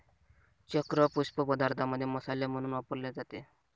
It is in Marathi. चक्र पुष्प पदार्थांमध्ये मसाले म्हणून वापरले जाते